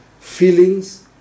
feelings